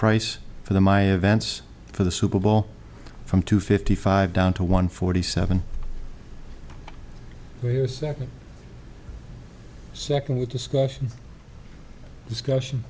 price for the my events for the super bowl from two fifty five down to one forty seven second secondly discussion discussion